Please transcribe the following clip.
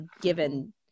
given